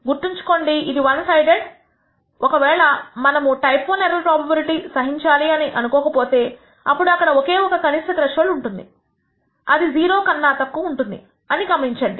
గుర్తుంచుకోండి ఇది one sided ఒక వేళ మనము టైప్ I ఎర్రర్ ప్రోబబిలిటీ సహించాలి అని అనుకోకపోతే అప్పుడు అక్కడ ఒకే ఒక కనిష్ట త్రెష్హోల్డ్స్ ఉంటుంది అది 0 నా కన్నా తక్కువ ఉంటుంది అని గమనించండి